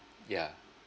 yeah